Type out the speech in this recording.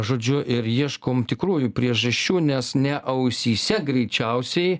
žodžiu ir ieškom tikrųjų priežasčių nes ne ausyse greičiausiai